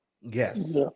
Yes